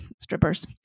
strippers